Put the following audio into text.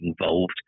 involved